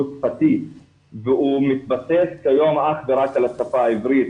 שפתי והוא מתבטא כיום אך ורק על השפה העברית.